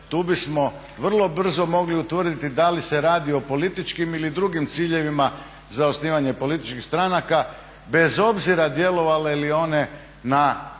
tu bismo vrlo brzo mogli utvrditi da li se radi o političkim ili drugim ciljevima za osnivanje političkih stranaka bez obzira djelovale one na